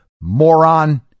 moron